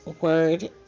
Word